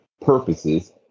purposes